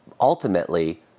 Ultimately